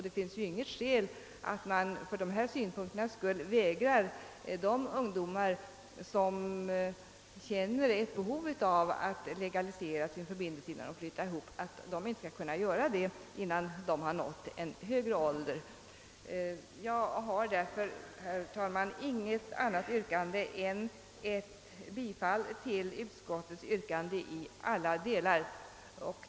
Det finns inget skäl för att från dessa synpunkter vägra de ungdomar, som känner ett behov av att legalisera sin förbindelse innan de flyttar tillsammans, att göra detta fastän de inte har nått en viss högre ålder. Jag har därför, herr talman, inget annat yrkande än bifall till utskottets förslag i alla delar.